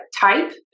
type